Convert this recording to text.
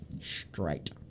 Straight